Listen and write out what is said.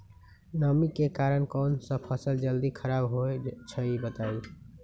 नमी के कारन कौन स फसल जल्दी खराब होई छई बताई?